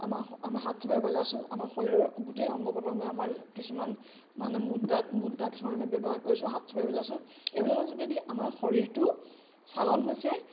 আমাৰ আমি হাত চাপিৰে বজাইছোঁ আমাৰ শৰীৰৰ গোটেই অংগ প্ৰতংগ আমাৰ কিছুমান মানে মুদ্ৰা মুদ্ৰা কিছুমান আমি ব্যৱহাৰ কৰিছোঁ হাত চাপৰি বজাইছোঁ এইবিলাকৰ যোগেদি আমাৰ শৰীৰটো চালন হৈছে